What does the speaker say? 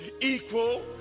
equal